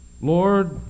Lord